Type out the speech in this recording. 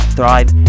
Thrive